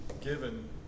given